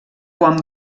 quan